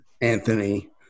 anthony